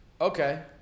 okay